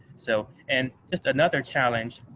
so and just another challenge.